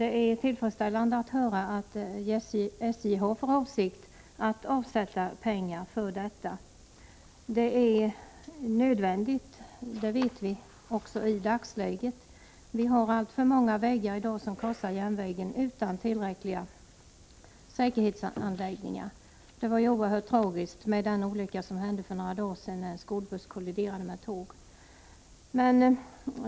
Det är tillfredsställande att höra att SJ har för avsikt att avsätta pengar för detta. Vi vet i dag att det är nödvändigt. Alltför många vägar som korsar järnvägen har otillräckliga säkerhetsanordningar. Jag vill i sammanhanget nämna den oerhört tragiska olycka som hände för några dagar sedan, när en skolbuss kolliderade med ett tåg.